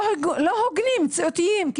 לא הוגנים, מציאותיים.